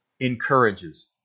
encourages